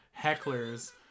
hecklers